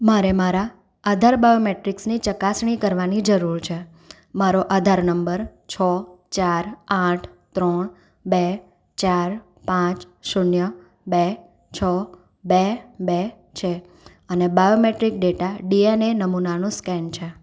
મારે મારા આધાર બાયોમેટ્રિક્સની ચકાસણી કરવાની જરૂર છે મારો આધાર નંબર છ ચાર આઠ ત્રણ બે ચાર પાંચ શૂન્ય બે છ બે બે છે અને બાયોમેટ્રિક ડેટા ડીએનએ નમૂનાનું સ્કેન છે